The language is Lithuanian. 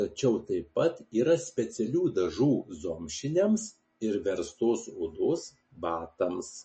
tačiau taip pat yra specialių dažų zomšiniams ir verstos odos batams